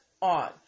on